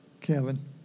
Kevin